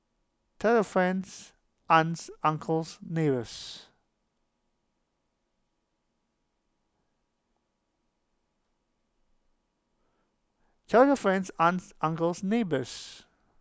tell your friends aunts uncles neighbours tell your friends aunts uncles neighbours